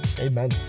Amen